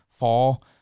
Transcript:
Fall